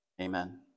amen